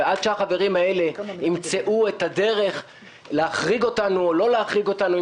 ועד שהחברים האלה ימצאו את הדרך להחריג אותנו או לא להחריג אותנו,